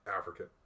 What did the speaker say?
African